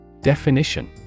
Definition